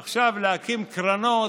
עכשיו, להקים קרנות,